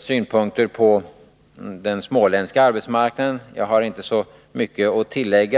synpunkter på den Nr 80 småländska arbetsmarknaden har jag inte så mycket att tillägga.